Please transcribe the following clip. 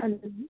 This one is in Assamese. হেল্ল'